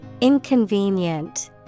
Inconvenient